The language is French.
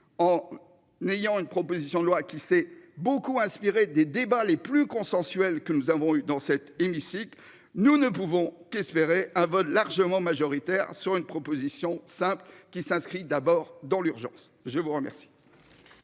n'ayant une proposition de loi qui s'est beaucoup inspiré des débats les plus consensuel que nous avons eu dans cet hémicycle, nous ne pouvons qu'espérer un vote largement majoritaire sur une proposition simple, qui s'inscrit d'abord dans l'urgence. Je vous remercie.